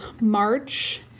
March